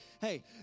hey